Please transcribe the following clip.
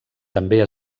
també